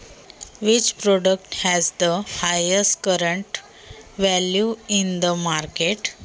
मार्केटमध्ये सर्वात चालू मूल्य मिळणारे उत्पादन कोणते?